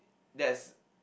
that's